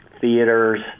theaters